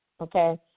Okay